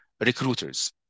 recruiters